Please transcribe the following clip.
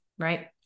Right